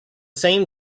same